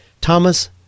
Thomas